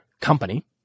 company